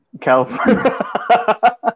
California